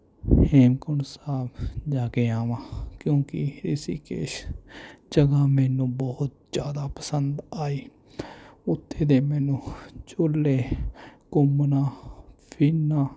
ਹੇਮਕੁੰਡ ਸਾਹਿਬ ਜਾ ਕੇ ਆਵਾਂ ਕਿਉਂਕਿ ਰਿਸ਼ੀਕੇਸ਼ ਜਗ੍ਹਾ ਮੈਨੂੰ ਬਹੁਤ ਜ਼ਿਆਦਾ ਪਸੰਦ ਆਈ ਉੱਥੇ ਦੇ ਮੈਨੂੰ ਝੂਲੇ ਘੁੰਮਣਾ ਫਿਰਨਾ